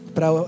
Para